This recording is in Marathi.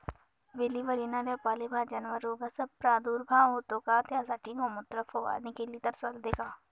वेलीवर येणाऱ्या पालेभाज्यांवर रोगाचा प्रादुर्भाव होतो का? त्यासाठी गोमूत्र फवारणी केली तर चालते का?